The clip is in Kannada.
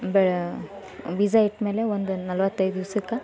ಬೆಳೆ ಬೀಜ ಇಟ್ಟಮೇಲೆ ಒಂದು ನಲವತ್ತೈದು ದಿವ್ಸಕ್ಕೆ